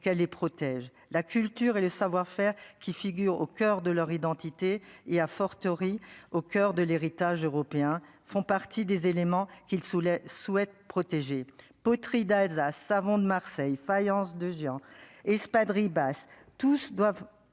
qu'elle les protège la culture et le savoir faire qui figure au coeur de leur identité et à forte au coeur de l'héritage européen font partie des éléments qu'il soulève souhaite protéger poterie d'Alsace savon de Marseille faïence de et espadrilles basse tous doivent